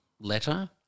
letter –